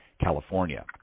California